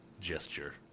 gesture